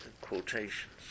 quotations